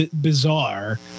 bizarre